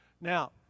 now